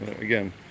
Again